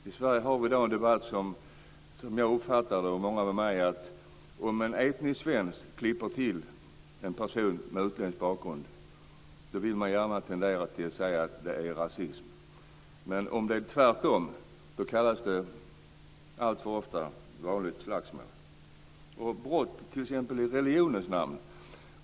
I Sverige har vi i dag en debatt som jag och många med mig uppfattar som, att om en etnisk svensk klipper till en person med utländsk bakgrund sägs det vara rasism, men om det är tvärtom kallas det alltför ofta vanligt slagsmål. Sedan finns det brott i t.ex. religionens namn.